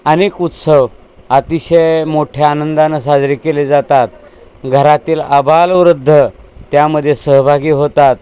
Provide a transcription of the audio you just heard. अनेक उत्सव अतिशय मोठ्या आनंदानं साजरे केले जातात घरातील आबालवृद्ध त्यामध्ये सहभागी होतात